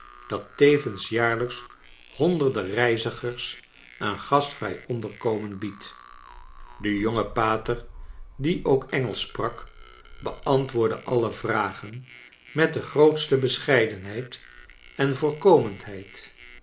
dat tevens jaarlijks honderden reizigers een gastvrij onderkomen biedt de jonge pater die ook engelsch sprak beantwoordde alle vragen met de grootste bescheidenheid en